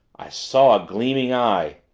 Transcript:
i saw a gleaming eye!